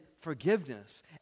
forgiveness